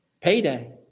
Payday